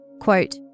Quote